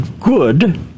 Good